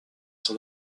son